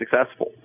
successful